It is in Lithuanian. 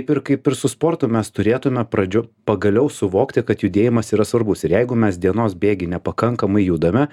ir kaip ir su sportu mes turėtume pradžio pagaliau suvokti kad judėjimas yra svarbus ir jeigu mes dienos bėgy nepakankamai judame